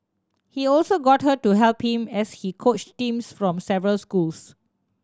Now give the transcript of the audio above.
he also got her to help him as he coached teams from several schools